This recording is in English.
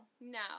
No